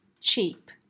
cheap